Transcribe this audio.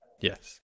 Yes